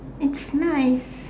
it's nice